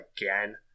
again